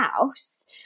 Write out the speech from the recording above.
house